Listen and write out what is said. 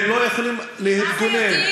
הם לא יכולים להתגונן.